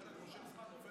נופל על